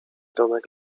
domek